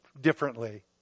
differently